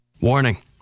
Warning